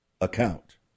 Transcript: account